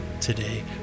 today